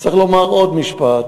צריך לומר עוד משפט: